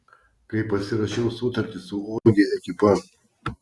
kai pasirašiau sutartį su ogi ekipa